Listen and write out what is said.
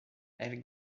elles